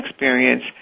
experience